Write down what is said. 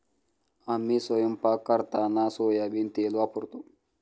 आम्ही स्वयंपाक करताना सोयाबीन तेल वापरतो